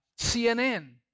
CNN